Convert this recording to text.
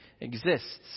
exists